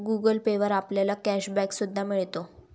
Google Pay वर आपल्याला cashback सुद्धा मिळतो